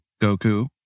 Goku